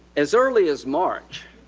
as early as march,